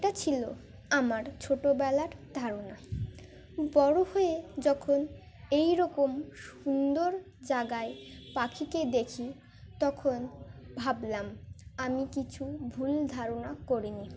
এটা ছিল আমার ছোটোবেলার ধারণা বড়ো হয়ে যখন এইরকম সুন্দর জায়গায় পাখিকে দেখি তখন ভাবলাম আমি কিছু ভুল ধারণা করিনি